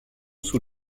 sous